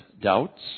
doubts